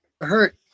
hurt